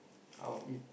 I'll eat